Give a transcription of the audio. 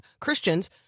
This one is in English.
Christians—